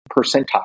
percentile